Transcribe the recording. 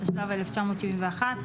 התשל"ב-1971,